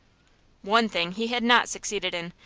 one thing he had not succeeded in,